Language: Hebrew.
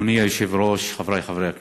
אדוני היושב-ראש, חברי חברי הכנסת,